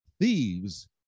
thieves